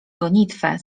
gonitwę